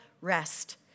rest